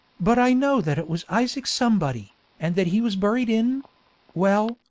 but i know that it was isaac somebody, and that he was buried in well,